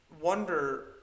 wonder